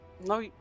no